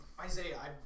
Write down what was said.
Isaiah